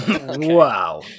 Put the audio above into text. wow